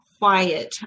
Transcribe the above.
quiet